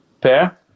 pair